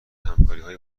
همکاریهایی